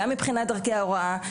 גם מבחינת דרכי ההוראה,